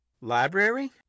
library